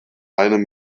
einem